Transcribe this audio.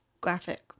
graphic